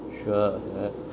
sure mm